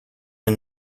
and